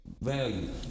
value